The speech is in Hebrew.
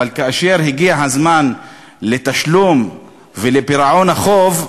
אבל כאשר הגיע הזמן לתשלום ולפירעון החוב,